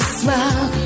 smile